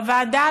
בוועדת